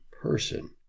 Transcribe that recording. person